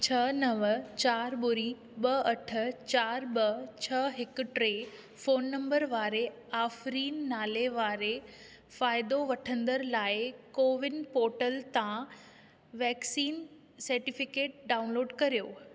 छह नवं चारि ॿुड़ी ॿ अठ चारि ॿ छह हिकु टे फ़ोन नंबरु वारे आफ़रीन नाले वारे फ़ाइदो वठंदड़ लाइ कोविन पोर्टल तां वैक्सीन सर्टिफ़िकेट डाउनलोड करियो